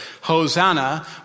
Hosanna